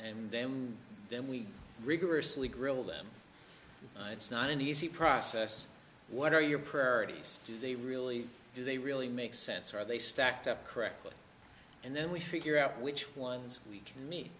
and them then we rigorously grill them it's not an easy process what are your prayer these do they really do they really make sense or are they stacked up correctly and then we figure out which ones we can meet